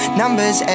numbers